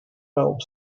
valve